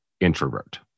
introvert